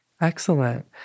Excellent